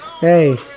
Hey